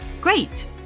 Great